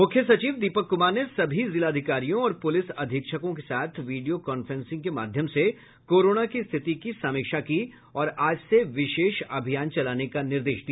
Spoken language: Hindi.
मुख्य सचिव दीपक कुमार ने सभी जिलाधिकारियों और पुलिस अधीक्षकों के साथ विडियोकांफ्रेंसिंग के माध्यम से कोरोना की स्थिति की समीक्षा की और आज से विशेष अभियान चलाने का निर्देश दिया